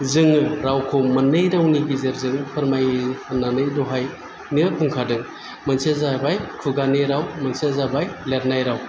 जोङो रावखौ मोननै रावनि गेजेरजों फाेरमायनानै दहायनो बुंखादों मोनसेया जाबाय खुगानि राव मोनसेया जाबाय लिरनाय राव